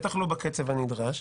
בטח לא בקצב הנדרש,